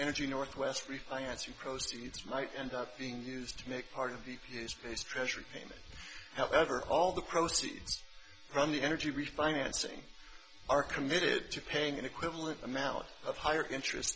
energy northwest refinance you proceeds might end up being used to make part of b p s base treasury payment however all the proceeds from the energy refinancing are committed to paying an equivalent amount of higher interest